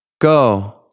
go